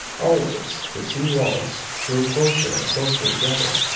always the two walls grew closer and closer together,